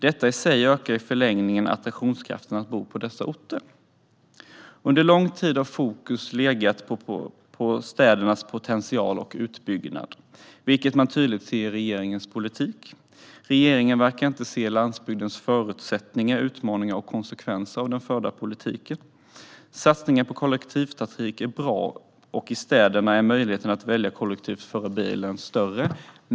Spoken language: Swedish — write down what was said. Detta i sig ökar i förlängningen attraktionskraften i att bo på dessa orter. Under lång tid har fokus legat på städernas potential och utbyggnad, vilket man tydligt ser i regeringens politik. Regeringen verkar inte se landsbygdens förutsättningar, utmaningar och konsekvenser av den förda politiken. Satsningar på kollektivtrafik är bra, och i städerna är möjligheten att välja kollektivtrafik före bilen större.